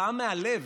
מחאה מהלב,